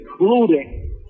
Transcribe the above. including